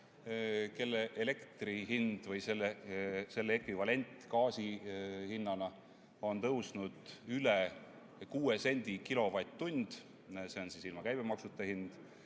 kelle elektri hind või selle ekvivalent gaasi hinnana on tõusnud üle 6 sendi kilovatt-tunni eest – see on ilma käibemaksuta hind